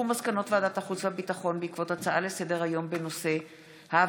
מסקנות ועדת החוץ והביטחון בעקבות דיון בהצעה לסדר-היום של חבר